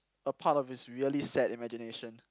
a part of his really sad imagination